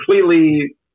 completely